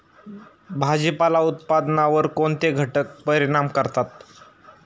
भाजीपाला उत्पादनावर कोणते घटक परिणाम करतात?